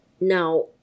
Now